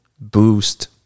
boost